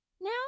now